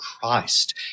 Christ